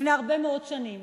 לפני הרבה מאוד שנים